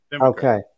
Okay